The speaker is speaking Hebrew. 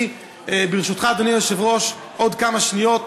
ברשותך, אדוני היושב-ראש, עוד כמה שניות,